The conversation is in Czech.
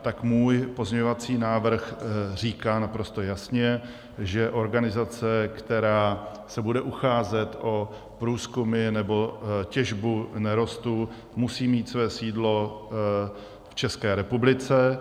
Tak můj pozměňovací návrh říká naprosto jasně, že organizace, která se bude ucházet o průzkumy nebo těžbu nerostů, musí mít své sídlo v České republice.